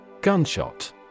Gunshot